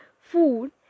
food